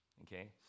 okay